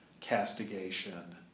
castigation